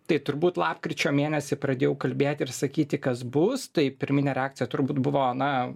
tai turbūt lapkričio mėnesį pradėjau kalbėti ir sakyti kas bus tai pirminė reakcija turbūt buvo na